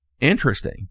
Interesting